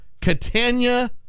Catania